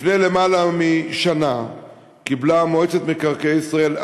לפני למעלה משנה קיבלה מועצת מקרקעי ישראל,